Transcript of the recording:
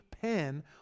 pen